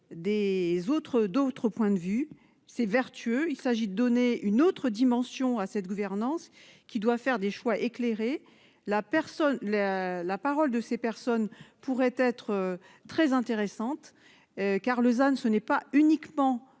des autres d'autres points de vue c'est vertueux. Il s'agit de donner une autre dimension à cette gouvernance qui doit faire des choix éclairés la personne la la parole de ces personnes pourraient être très intéressantes. Car, Lausanne. Ce n'est pas uniquement